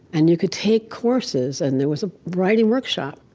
and you could take courses, and there was a writing workshop.